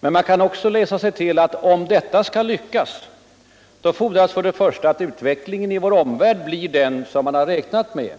Men man kan också läsa sig till att om detta skall lyckas, fordras för detr första att utvecklingen i vår omvärld blir den som man har räknat med